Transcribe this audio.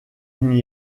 n’y